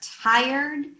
tired